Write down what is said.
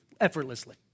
effortlessly